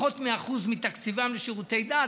פחות מ-1% מתקציבן לשירותי דת,